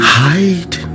hide